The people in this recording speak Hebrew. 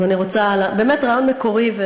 באמת רעיון מקורי,